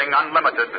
Unlimited